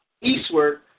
eastward